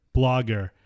blogger